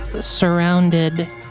surrounded